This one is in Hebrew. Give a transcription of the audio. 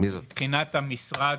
מבחינת המשרד,